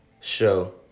Show